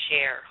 share